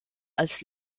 als